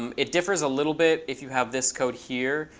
um it differs a little bit if you have this code here,